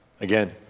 Again